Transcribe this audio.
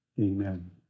Amen